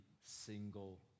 single